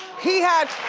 he had